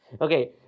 Okay